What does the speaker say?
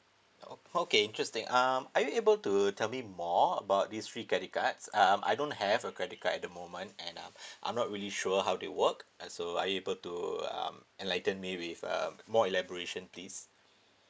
okay okay interesting um are you able to tell me more about these three credit cards um I don't have a credit card at the moment and um I'm not really sure how they work and so are you able to um enlighten me with um more elaboration please